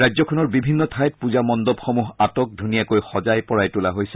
ৰাজ্যখনৰ বিভিন্ন ঠাইত পূজা মণ্ডপসমূহ আটকধুনীয়াকৈ সজাই তোলা হৈছে